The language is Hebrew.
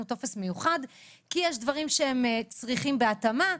טופס מיוחד כי יש דברים שהם צריכים בהתאמה,